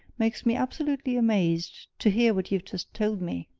makes me absolutely amazed to hear what you've just told me.